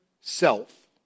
self